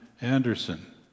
Anderson